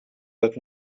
that